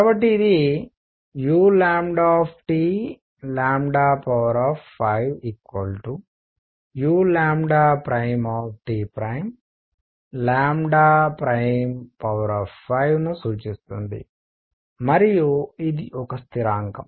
కాబట్టి ఇది u5uT' 5 ను సూచిస్తుంది మరియు ఇది ఒక స్థిరాంకం